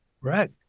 right